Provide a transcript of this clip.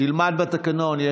תלמד את התקנון.